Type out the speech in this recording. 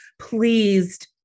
pleased